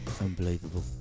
Unbelievable